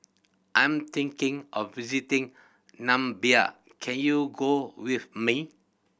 I am thinking of visiting Namibia can you go with me